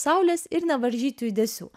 saulės ir nevaržyti judesių